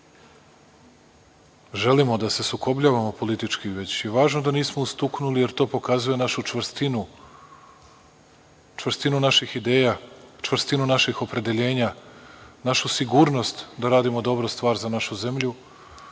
želimo da se sukobljavamo politički, već je važno da nismo ustuknuli jer to pokazuje našu čvrstinu, čvrstinu naših ideja, čvrstinu naših opredeljenja, našu sigurnost da radimo dobru stvar za našu zemlju,